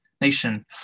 nation